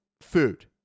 food